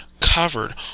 covered